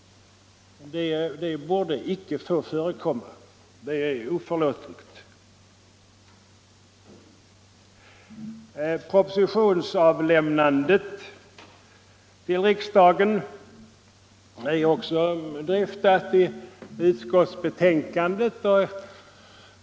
Någonting sådant borde icke få förekomma. Det är oförlåtligt. Propositionsavlämnandet till riksdagen är också dryftat i utskottsbetänkandet.